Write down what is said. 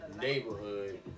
neighborhood